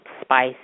spice